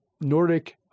Nordic